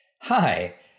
Hi